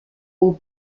aux